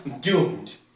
doomed